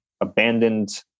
abandoned